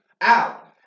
out